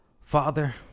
Father